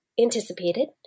anticipated